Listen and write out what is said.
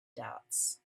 dots